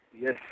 Yes